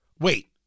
Wait